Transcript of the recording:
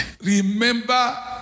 Remember